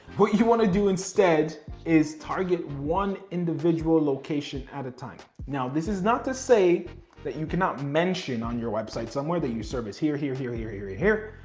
what you wanna do instead is target one individual location at a time. now this is not to say that you cannot mention on your website somewhere that you service here, here, here, here, here, here.